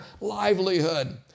livelihood